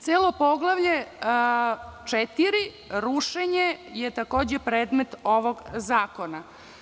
Celo poglavlje četiri – rušenje je takođe predmet ovog zakona.